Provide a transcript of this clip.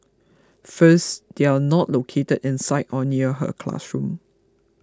first they are not located inside or near her classroom